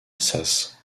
assas